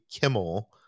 Kimmel